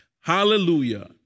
Hallelujah